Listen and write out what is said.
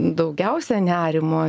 daugiausia nerimo